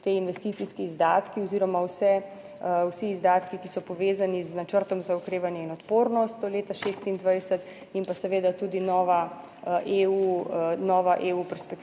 ti investicijski izdatki oziroma vse, vsi izdatki, ki so povezani z načrtom za okrevanje in odpornost do leta 2026 in pa seveda tudi nova EU perspektiva,